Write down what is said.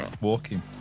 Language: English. Walking